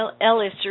Ellis